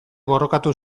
borrokatu